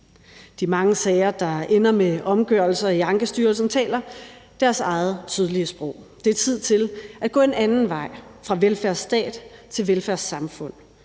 De mange sager, der ender med omgørelser i Ankestyrelsen, taler deres eget tydelige sprog. Det er tid til at gå en anden vej: fra velfærdsstat til velfærdssamfund;